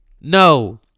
no